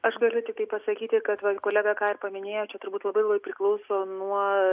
aš galiu tiktai pasakyti kad va kolega ką ir paminėjo čia turbūt labai labai priklauso nuo